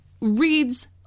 Reads